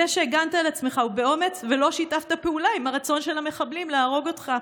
שהגנת על עצמך באומץ ולא שיתפת פעולה עם הרצון של המחבלים להרוג אותך.